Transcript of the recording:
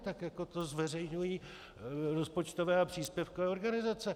Tak jako to zveřejňují rozpočtové a příspěvkové organizace.